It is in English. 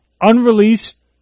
unreleased